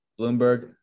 Bloomberg